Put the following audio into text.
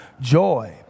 Joy